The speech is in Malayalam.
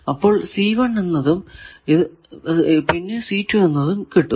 അപ്പോൾ എന്നത് ഇതും പിന്നെ എന്നത് ഇതും കിട്ടും